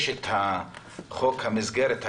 יש את חוק המסגרת הגדול,